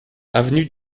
avenue